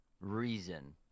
reason